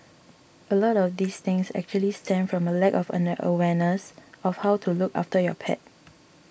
a lot of these things actually stem from a lack of awareness of how to look after your pet